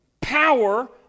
power